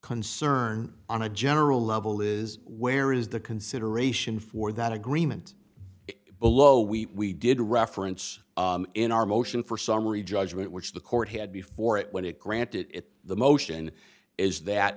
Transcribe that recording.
concern on a general level is where is the consideration for that agreement below we did reference in our motion for summary judgment which the court had before it when it granted the motion is that